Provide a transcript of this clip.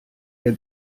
ihr